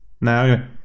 no